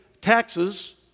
taxes